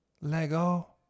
Lego